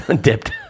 dipped